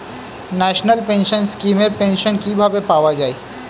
National pension scheme এর pension কিভাবে পাওয়া যায়?